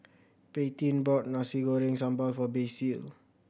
Paityn bought Nasi Goreng Sambal for Basil